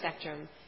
spectrum